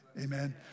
amen